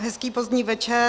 Hezký pozdní večer.